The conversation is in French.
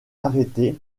arrêter